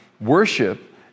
Worship